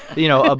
you know, ah